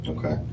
Okay